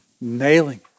nailing